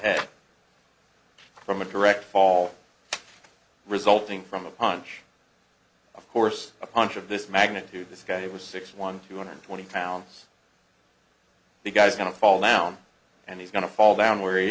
head from a direct fall resulting from a punch of course a punch of this magnitude this guy was six one two hundred twenty pounds the guy's going to fall down and he's going to fall down where he